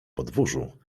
podwórzu